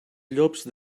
llops